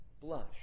Blush